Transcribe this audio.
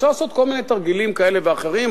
אפשר לעשות כל מיני תרגילים כאלה ואחרים.